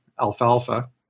Alfalfa